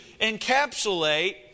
encapsulate